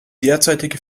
derzeitige